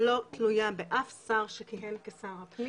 לא תלויה באף שר שכיהן כשר הפנים.